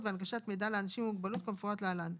והנגשת מידע לאנשים עם מוגבלות כמפורט להלן: